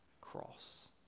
cross